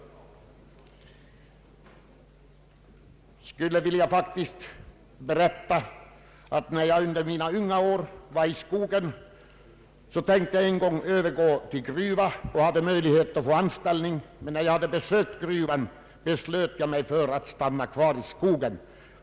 Jag skulle här faktiskt vilja berätta att när jag i mina unga år arbetade i skogen tänkte jag en gång övergå till gruva, och jag hade möjlighet att få sådant arbete. Men när jag hade besökt gruvan beslöt jag mig för att stanna kvar i skogen.